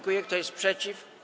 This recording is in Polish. Kto jest przeciw?